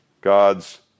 God's